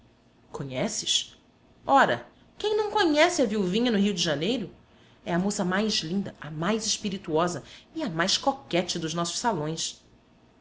conheces ora quem não conhece a viuvinha no rio de janeiro é a moça mais linda a mais espirituosa e a mais coquette dos nossos salões